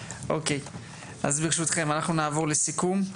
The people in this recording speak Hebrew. ברשותכם אנחנו נעבור לסיכום.